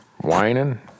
whining